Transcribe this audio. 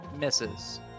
misses